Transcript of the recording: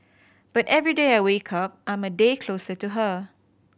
but every day I wake up I'm a day closer to her